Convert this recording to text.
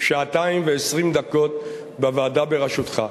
שעתיים ו-20 דקות בוועדה בראשותך,